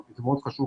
זה מאוד חשוב